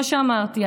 כמו שאמרתי,